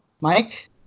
Mike